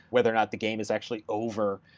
whether or not the game is actually over.